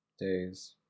days